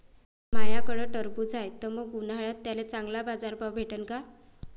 माह्याकडं टरबूज हाये त मंग उन्हाळ्यात त्याले चांगला बाजार भाव भेटन का?